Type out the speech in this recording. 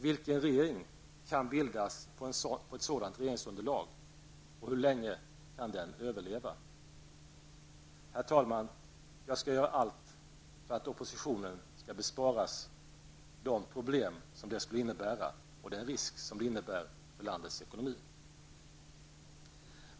Vilken regering kan bildas på ett sådant regeringsunderlag och hur länge kan den överleva?'' Herr talman! Jag skall göra allt för att oppositionen skall besparas de problem som det skulle innebära och den risk som det innebär för landets ekonomi.